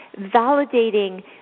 validating